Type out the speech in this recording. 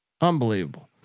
Unbelievable